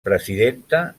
presidenta